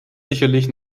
sicherlich